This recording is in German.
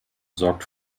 sorgt